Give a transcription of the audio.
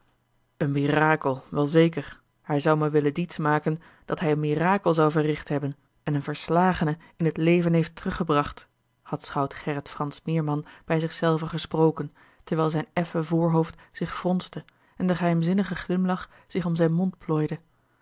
een mirakel wel zeker hij zou me willen diets maken dat hij een mirakel zou verricht hebben en een verslagene in het leven heeft teruggebracht had schout gerrit fransz meerman bij zich zelven gesproken terwijl zijn effen voorhoofd zich fronste en de geheimzinnige glimlach zich om zijn mond plooide